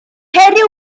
ceri